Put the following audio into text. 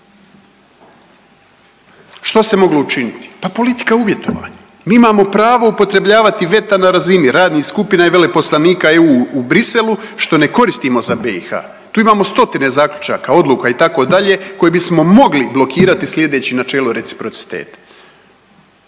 Što se moglo učiniti? Pa politika uvjetovanja. Mi imamo pravo upotrebljavati veta na razini radnih skupina i veleposlanika EU u Briselu što ne koristimo za BiH tu imamo stotine zaključaka odluka itd. koje bismo mogli blokirati slijedeći načelo reciprociteta.